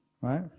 Right